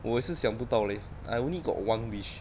我也是想不到 leh I only got one wish